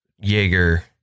Jaeger